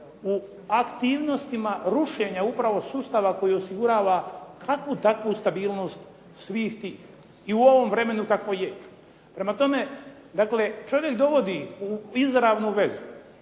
u aktivnostima rušenja upravo sustava koji osigurava kakvu takvu stabilnost svih tih i u ovom vremenu tako je. Prema tome, dakle čovjek dovodi u izravnu vezu